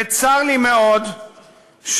וצר לי מאוד שאתה,